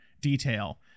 detail